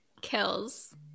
Kills